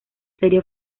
serie